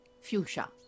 Fuchsia